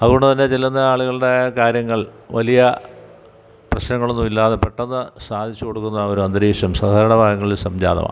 അതുകൊണ്ടുതന്നെ ചെല്ലുന്ന ആളുകളുടെ കാര്യങ്ങൾ വലിയ പ്രശ്നങ്ങളൊന്നുമില്ലാതെ പെട്ടെന്ന് സാധിച്ചു കൊടുക്കുന്ന ആ ഒരന്തരീക്ഷം സാധാരണ ബാങ്കുകളിൽ സംജാതവാ